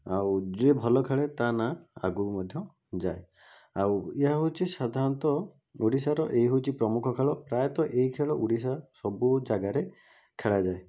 ଆଉ ଯିଏ ଭଲ ଖେଳେ ତା ନାଁ ଆଗକୁ ମଧ୍ୟ ଯାଏ ଆଉ ଏହା ହେଉଛି ସାଧାରଣତଃ ଓଡ଼ିଶାର ଏ ହେଉଛି ପ୍ରମୁଖ ଖେଳ ପ୍ରାୟତଃ ଏହି ଖେଳ ଓଡ଼ିଶା ସବୁ ଜାଗାରେ ଖେଳାଯାଏ